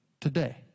today